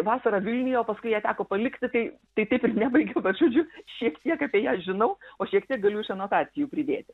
vasarą vilniuje o paskui ją teko palikti tai tai taip ir nebaigiau bet žodžiu šiek tiek apie ją žinau o šiek tiek galiu iš anotacijų pridėti